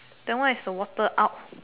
then what is the water out